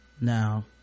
Now